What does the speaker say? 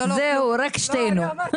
זהו, רק שתינו.